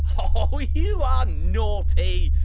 oh, you are naughty.